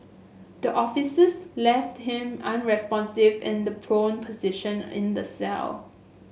the officers left him unresponsive in the prone position in the cell